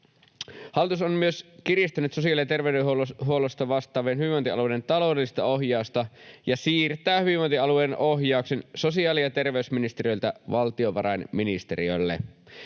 Hallitus on myös kiristänyt sosiaali- ja terveydenhuollosta vastaavien hyvinvointialueiden taloudellista ohjausta ja siirtää hyvinvointialueiden ohjauksen sosiaali- ja terveysministeriöltä valtiovarainministeriölle.